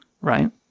right